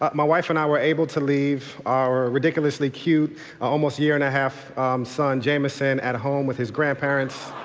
ah my wife and i were able to leave our ridiculously cute almost a year and a half son jamison at home with his grandparents.